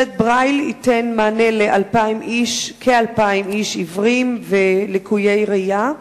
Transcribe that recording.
שלט ברייל ייתן מענה לכ-2,000 עיוורים ולקויי ראייה.